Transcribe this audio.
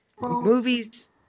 movies